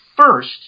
first